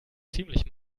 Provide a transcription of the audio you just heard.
ziemlich